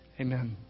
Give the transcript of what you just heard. amen